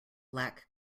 lack